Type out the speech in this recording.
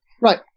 Right